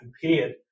compared